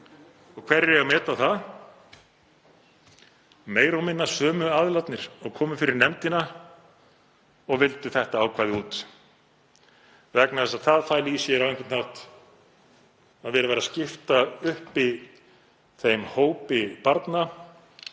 Hverjir eiga að meta það? Meira og minna sömu aðilarnir og komu fyrir nefndina og vildu þetta ákvæði út vegna þess að það fæli í sér á einhvern hátt að verið væri að skipta upp þeim hópi barna